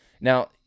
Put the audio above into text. Now